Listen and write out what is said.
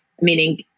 meaning